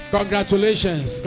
Congratulations